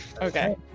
Okay